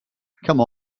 come